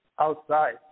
outside